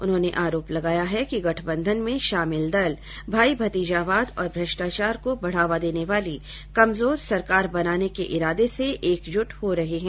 उन्होंने आरोप लगाया है कि गठबंधन में शामिल दल भाई भतीजावाद और भ्रष्टाचार को बढ़ावा देने वाली कमजोर सरकार बनाने के इरादे से एकजुट हो रहे हैं